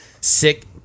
sick